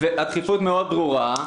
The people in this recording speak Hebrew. הדחיפות ברורה מאוד.